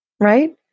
right